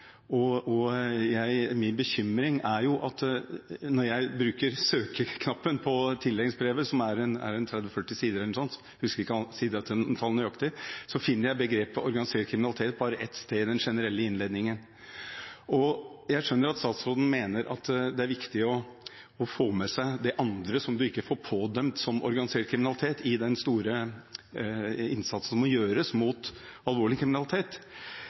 at når jeg bruker søkeknappen på tildelingsbrevet, som er på 30–40 sider, eller noe sånt – jeg husker ikke sidetallet nøyaktig – finner jeg begrepet «organisert kriminalitet» bare ett sted i den generelle innledningen. Jeg skjønner at statsråden mener at det er viktig å få med seg det andre som man ikke får pådømt som organisert kriminalitet, i den store innsatsen som må gjøres mot alvorlig kriminalitet,